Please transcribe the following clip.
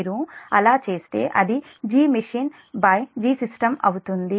మీరు అలా చేస్తే అది GmachineGsystem అవుతుంది